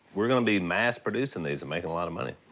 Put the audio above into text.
we're gonna be mass-producing these and making a lot of money.